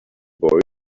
boy